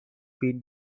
been